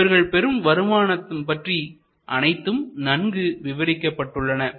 இவர்கள் பெறும் வருமானம் பற்றி அனைத்தும் நன்கு விவாதிக்கபட்டுள்ளன